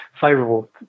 favourable